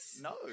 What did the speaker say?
No